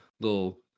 little